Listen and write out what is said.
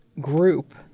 group